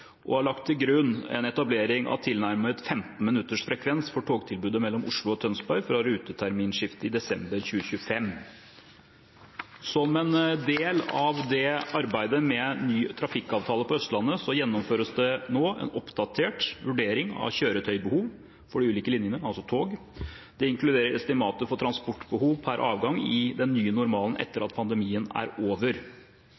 og har lagt til grunn en etablering av tilnærmet 15 minutters frekvens for togtilbudet mellom Oslo og Tønsberg fra ruteterminskiftet i desember 2025. Som en del av arbeidet med ny trafikkavtale på Østlandet gjennomføres det nå en oppdatert vurdering av kjøretøybehov for de ulike linjene, altså tog. Det inkluderer estimatet for transportbehov per avgang i den nye normalen etter